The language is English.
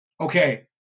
Okay